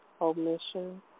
omission